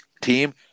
Team